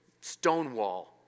stonewall